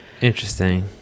interesting